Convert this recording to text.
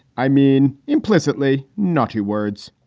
i mean implicitly nottie words